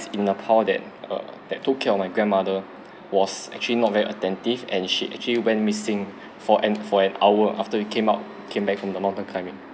in nepal that uh that took care of my grandmother was actually not very attentive and she actually went missing for an for an hour after we came out came back from the mountain climbing